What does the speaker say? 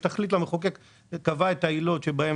ויש תכלית למחוקק שקבע את העילות שבהן